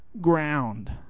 ground